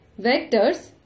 Vectors